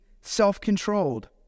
self-controlled